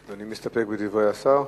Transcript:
אדוני מסתפק בדברי השר?